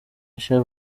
nshya